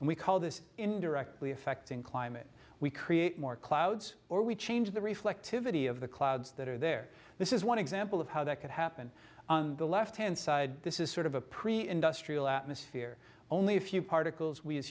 and we call this indirectly affecting climate we create more clouds or we change the reflectivity of the clouds that are there this is one example of how that could happen on the left hand side this is sort of a pre industrial atmosphere only if you particles we as